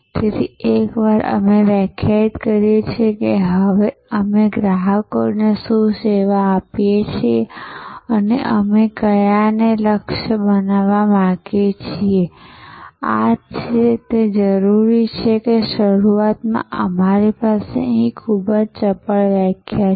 તેથી એકવાર અમે વ્યાખ્યાયિત કરીએ છીએ કે હવે અમે ગ્રાહકોને શું સેવા આપીએ છીએ અને અમે કયાને લક્ષ્ય બનાવવા માંગીએ છીએ અને આ જ છે તે જરૂરી છે કે શરૂઆતમાં અમારી પાસે અહીં ખૂબ જ ચપળ વ્યાખ્યા છે